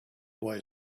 boy